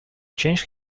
changed